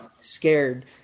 scared